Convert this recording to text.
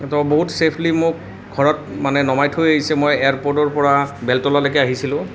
তেওঁ বহুত চেফলী মোক ঘৰত মানে নমাই থৈ আহিছে মই এয়াৰপৰ্টৰ পৰা বেলতলালৈকে আহিছিলোঁ